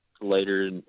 later